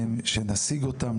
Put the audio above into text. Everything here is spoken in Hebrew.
שנשיג אותם,